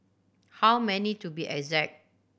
how many to be exact